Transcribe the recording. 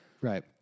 right